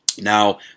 Now